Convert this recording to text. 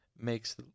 makes